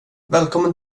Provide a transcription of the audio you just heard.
välkommen